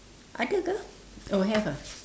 ada ke oh have ah